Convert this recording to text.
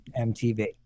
MTV